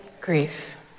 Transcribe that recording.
grief